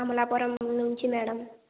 అమలాపురం నుంచి మేడం